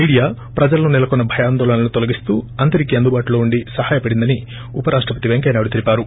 media ప్రజల్లో నెలకొన్న భయాందోళనలను తొలగిస్తూ అందరికీ అందుబాటులో ఉండి సహాయపడిందన్ ఉపరాష్టపతి పెంకయ్య నాయుడు తెలిపారు